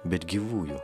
bet gyvųjų